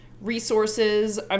resources